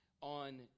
on